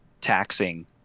taxing